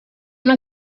una